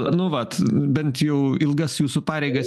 nu vat bent jau ilgas jūsų pareigas